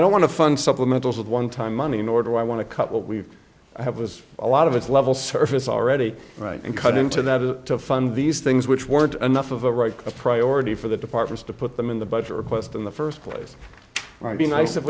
don't want to fund supplemental with one time money nor do i want to cut what we have was a lot of it's level surface already right and cut into that to fund these things which weren't enough of a right priority for the department to put them in the budget request in the first place and be nice if